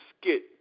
skit